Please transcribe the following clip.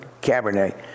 Cabernet